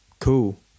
cool